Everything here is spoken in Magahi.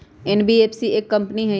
एन.बी.एफ.सी एक कंपनी हई?